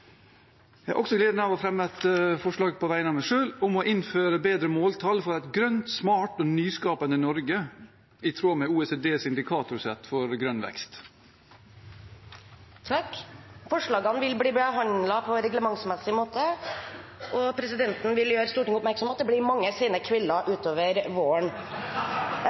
Jeg har også gleden av å fremme et forslag på vegne av meg selv om å innføre bedre måltall for et grønt, smart og nyskapende Norge i tråd med OECDs indikatorsett for grønn vekst. Forslagene vil bli behandlet på reglementsmessig måte. Før sakene på dagens kart tas opp til behandling, vil presidenten opplyse om at dagens møte fortsetter utover kl. 16. Etter ønske fra kommunal- og